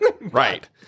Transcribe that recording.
Right